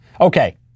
Okay